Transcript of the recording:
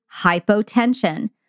hypotension